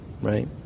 right